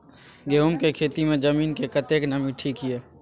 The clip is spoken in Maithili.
गहूम के खेती मे जमीन मे कतेक नमी ठीक ये?